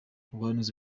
ubuhanuzi